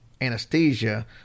anesthesia